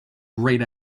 great